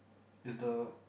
is the